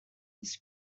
this